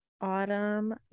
autumn